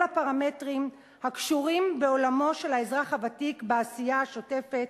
הפרמטרים הקשורים בעולמו של האזרח הוותיק בעשייה השוטפת,